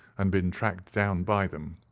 and been tracked down by them.